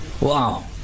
Wow